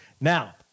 now